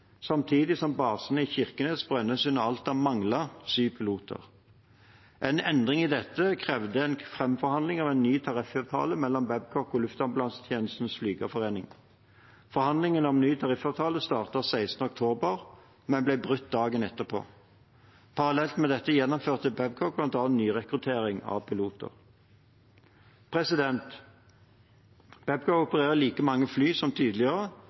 samtidig som basene i Kirkenes, Brønnøysund og Alta manglet syv piloter. En endring i dette krevde framforhandling av en ny tariffavtale mellom Babcock og Luftambulansetjenestens flygerforening. Forhandlingene om ny tariffavtale startet 16. oktober, men ble brutt dagen etter. Parallelt med dette gjennomførte Babcock bl.a. nyrekruttering av piloter. Babcock opererer like mange fly som tidligere,